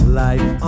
life